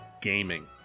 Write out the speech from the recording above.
gaming